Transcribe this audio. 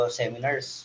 seminars